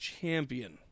champion